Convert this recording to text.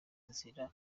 inzira